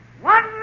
One